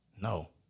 no